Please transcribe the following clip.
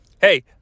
Hey